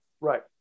Right